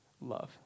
love